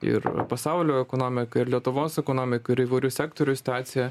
ir pasaulio ekonomiką ir lietuvos ekonomiką ir įvairių sektorių situaciją